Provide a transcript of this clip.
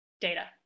data